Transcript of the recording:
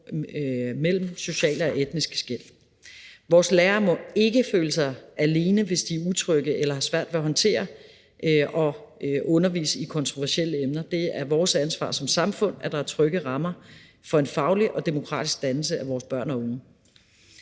mellem sociale og etniske skel. Vores lærere må ikke føle sig alene, hvis de er utrygge eller har svært ved at håndtere at undervise i kontroversielle emner. Det er vores ansvar som samfund, at der er trygge rammer for en faglig og demokratisk dannelse af vores børn og unge.